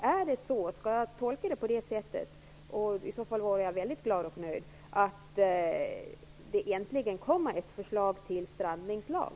Skall jag tolka detta så -- i så fall skulle jag vara väldigt glad och nöjd -- att det äntligen kommer ett förslag till strandningslag?